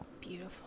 Beautiful